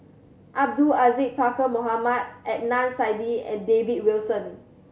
Abdul Aziz Pakkeer Mohamed Adnan Saidi and David Wilson